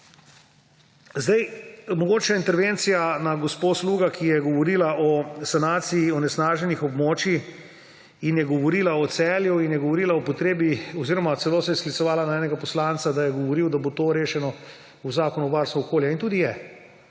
Mogoče intervencija na gospo Sluga, ki je govorila o sanaciji onesnaženih območij in je govorila o Celju in je govorila o potrebi oziroma celo se je sklicevala na enega poslanca, da je govoril, da bo to rešeno v Zakonu o varstvu okolja. In tudi je!